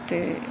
ਅਤੇ